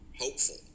hopeful